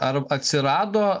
ar atsirado